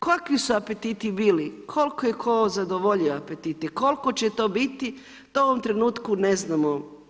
Kakvi su apetiti bili, koliko je ko zadovoljio apetita, koliko će to biti, to u ovom trenutku ne znamo.